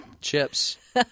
Chips